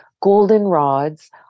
goldenrods